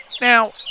Now